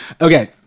Okay